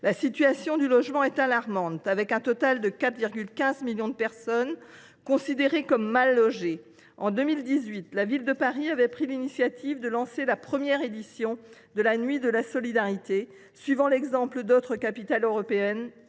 La situation du logement est alarmante. Au total, 4,15 millions de personnes sont considérées comme mal logées. En 2018, la Ville de Paris avait pris l’initiative de lancer la première édition de la Nuit de la solidarité, suivant l’exemple d’autres capitales européennes